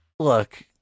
look